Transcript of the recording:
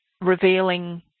revealing